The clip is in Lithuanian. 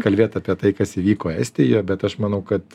kalbėt apie tai kas įvyko estijoj bet aš manau kad